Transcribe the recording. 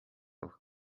auch